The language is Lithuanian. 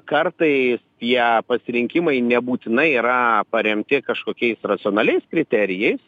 kartai tie pasirinkimai nebūtinai yra paremti kažkokiais racionaliais kriterijais